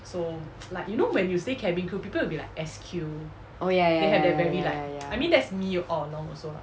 oh ya ya ya ya ya ya ya ya ya